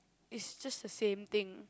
is just the same thing